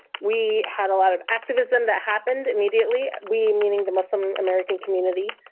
we had a lot of activism that happened immediately, we, meaning the muslim american community,